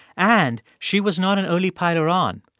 and she was not an early piler on.